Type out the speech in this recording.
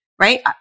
Right